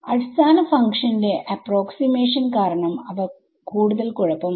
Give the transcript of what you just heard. അടിസ്ഥാന ഫങ്ക്ഷന്റെ അപ്പ്രോക്സിമേഷൻ കാരണം അവ കൂടുതൽ കുഴപ്പമായി